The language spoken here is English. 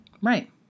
Right